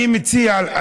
אני מקשיב.